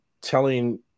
telling